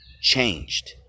changed